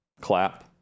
clap